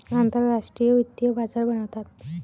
आंतरराष्ट्रीय वित्तीय बाजार बनवतात